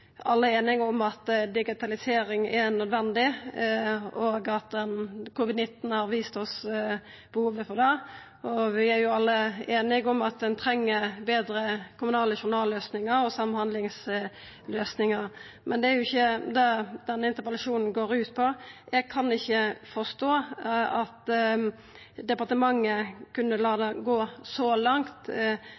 alle einige om at digitalisering er nødvendig, og at covid-19 har vist oss behovet for det, og vi er alle einige om at ein treng betre kommunale journalløysingar og samhandlingsløysingar. Men det er jo ikkje det denne interpellasjonen går ut på. Eg kan ikkje forstå at departementet kunne la det gå så langt